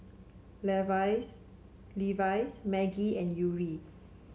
Levi's Maggi and Yuri